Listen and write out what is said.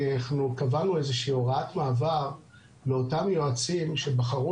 אנחנו קבענו איזושהי הוראת מעבר לאותם יועצים שבחרו